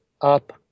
up